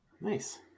Nice